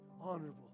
Honorable